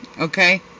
Okay